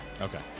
Okay